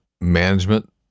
management